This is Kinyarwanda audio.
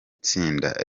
tsinda